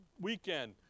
weekend